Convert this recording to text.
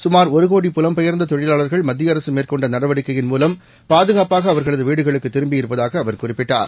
சுமார் ஒரு கோடி புலம் பெயர்ந்த தொழிலாளர்கள் மத்திய அரசு மேற்கொண்ட நடவடிக்கையின் மூலம் பாதுகாப்பாக அவர்களது வீடுகளுக்குத் திரும்பியிருப்பதாக அவர் குறிப்பிட்டார்